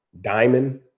Diamond